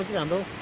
gumbu